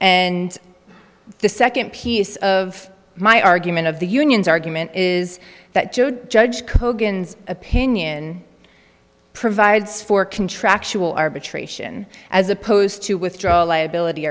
and the second piece of my argument of the unions argument is that joad judge kogan opinion provides for contractual arbitration as opposed to withdraw liability